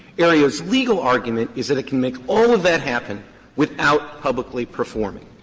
aereo's legal argument is that it can make all of that happen without publicly performing.